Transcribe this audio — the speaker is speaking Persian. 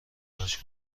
برداشت